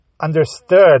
understood